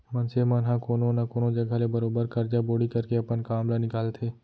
मनसे मन ह कोनो न कोनो जघा ले बरोबर करजा बोड़ी करके अपन काम ल निकालथे